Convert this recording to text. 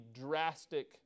drastic